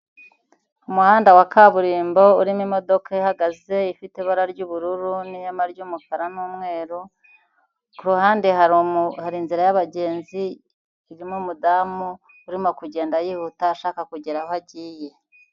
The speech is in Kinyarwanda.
Umuhanda wa kaburimbo urimo imodoka ihagaze, ifite ibara ry'ubururu n'ihema ry'umukara n'umweru, ku ruhande hari inzira y'abagenzi, irimo umudamu urimo kugenda yihuta ashaka kugera aho agiye.